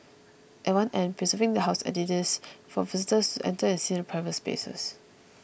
at one end preserving the House as it is for visitors to enter and see the private spaces